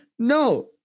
No